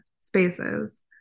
spaces